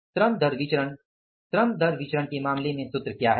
श्रम दर विचरण श्रम दर विचरण के मामले में सूत्र क्या है